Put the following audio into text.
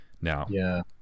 now